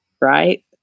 Right